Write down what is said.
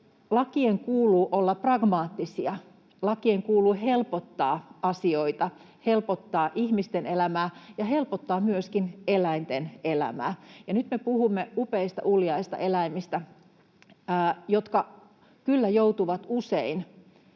Lakien kuuluu olla pragmaattisia, lakien kuuluu helpottaa asioita, helpottaa ihmisten elämää ja helpottaa myöskin eläinten elämää. Nyt me puhumme upeista, uljaista eläimistä, jotka kyllä joutuvat usein